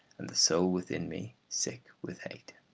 and the soul within me sick with hate.